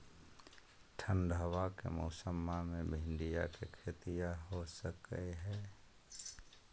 ठंडबा के मौसमा मे भिंडया के खेतीया हो सकये है?